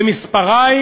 במספריים